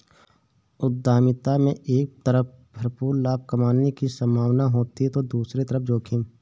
उद्यमिता में एक तरफ भरपूर लाभ कमाने की सम्भावना होती है तो दूसरी तरफ जोखिम